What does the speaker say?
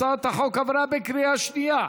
הצעת החוק עברה בקריאה שנייה.